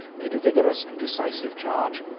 made a vigorous and decisive charge.